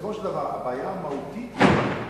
בסופו של דבר הבעיה המהותית היא,